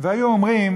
והיו אומרים: